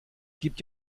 gibt